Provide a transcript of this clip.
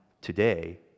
today